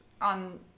on